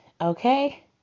okay